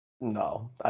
No